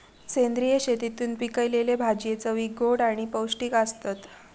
सेंद्रिय शेतीतून पिकयलले भाजये चवीक गोड आणि पौष्टिक आसतत